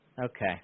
Okay